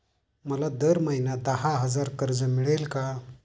मला दर महिना दहा हजार कर्ज मिळेल का?